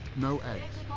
no eggs.